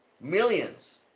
Millions